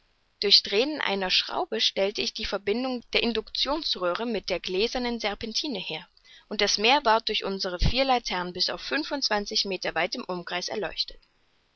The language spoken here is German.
durch drehen einer schraube stellte ich die verbindung der inductionsröhre mit der gläsernen serpentine her und das meer ward durch unsere vier laternen bis auf fünfundzwanzig meter weit im umkreis erleuchtet